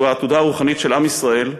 שהוא העתודה הרוחנית של עם ישראל,